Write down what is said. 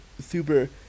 super